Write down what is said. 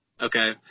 Okay